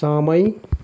समय